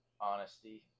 honesty